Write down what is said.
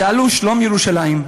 "שאלו שלום ירושלם,